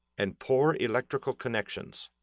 and poor electrical connections.